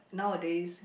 nowadays